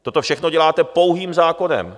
Toto všechno děláte pouhým zákonem.